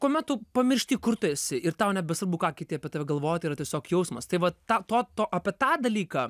kuomet tu pamiršti kur tu esi ir tau nebesvarbu ką kiti apie tave galvoja tai yra tiesiog jausmas tai vat tą to to apie tą dalyką